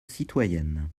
citoyennes